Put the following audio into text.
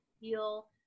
feel